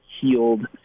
healed